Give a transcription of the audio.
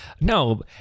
No